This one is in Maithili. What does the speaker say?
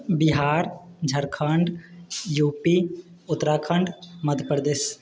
Bihar Jharkhand U P Uttarakhand Madhya Pradesh